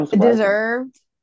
Deserved